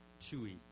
chewy